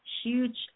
huge